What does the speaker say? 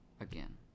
again